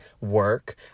work